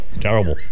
terrible